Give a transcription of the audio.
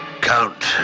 Count